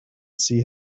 see